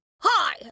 Hi